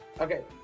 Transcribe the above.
Okay